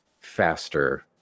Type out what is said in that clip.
faster